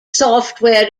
software